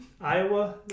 Iowa